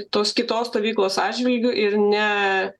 tos kitos stovyklos atžvilgiu ir ne